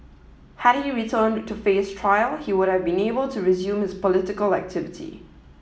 had he returned to face trial he would have been able to resume his political activity